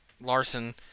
Larson